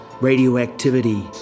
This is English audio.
Radioactivity